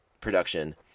production